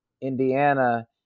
indiana